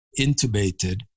intubated